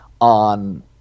on